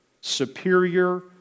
superior